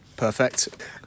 Perfect